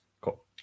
Cool